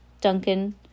Duncan